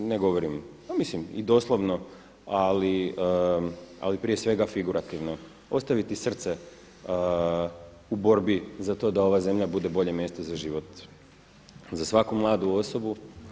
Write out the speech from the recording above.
Ne govorim, mislim i doslovno, ali prije svega figurativno, ostaviti srce u borbi za to da ova zemlja bude bolje mjesto za život za svaku mladu osobu.